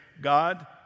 God